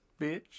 Bitch